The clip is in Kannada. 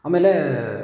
ಆಮೇಲೆ